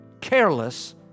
careless